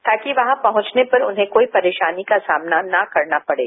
ताकि वहां पहुंचने पर उन्हें वहां पर कोई परेशानी का सामना न करना पड़े